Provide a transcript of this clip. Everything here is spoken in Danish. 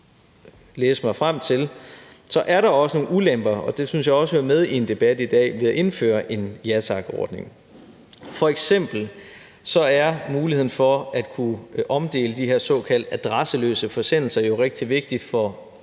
læse mig frem til, er der også nogle ulemper, og det synes jeg også hører med i en debat i dag, ved at indføre en Ja Tak-ordning. F.eks. er muligheden for at kunne omdele de her såkaldt adresseløse forsendelser jo rigtig vigtig for